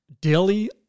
Daily